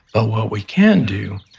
ah what we can do,